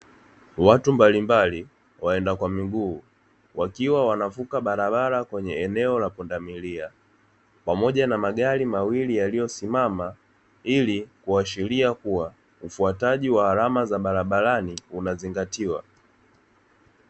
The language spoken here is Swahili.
Watu mbalimbali waenda kwa miguu wakiwa wanavuka barabara kwenye eneo la pundamilia, pamoja na magari mawili yaliyosimama ili kuashiria kuwa ufuataji wa alama za barabarani unazingatiwa.